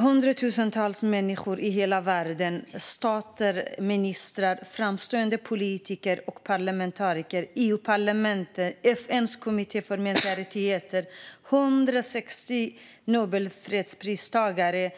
Hundratusentals människor i hela världen, stater, ministrar, framstående politiker och parlamentariker, EU-parlamentet, FN:s kommitté för mänskliga rättigheter, 160 Nobelpristagare